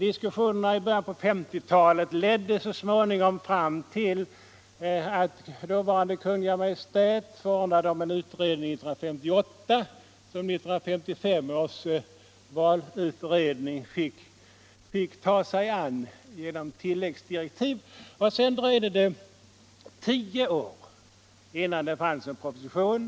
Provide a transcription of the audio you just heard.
Diskussionerna i början på 1950-talet ledde så småningom fram till att dåvarande Kungl. Maj:t år 1958 överlämnade frågan till 1955 års valutredning genom tilläggsdirektiv. Sedan dröjde det tio år innan det blev en proposition.